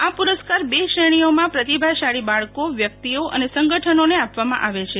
આ પુ રસ્કાર બે શ્રેણીઓમાં પ્રતિભાશાળી બાળકો વ્યક્તિઓ અને સંગઠનોને આપવામાં આવે છે